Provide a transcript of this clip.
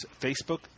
Facebook